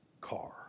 car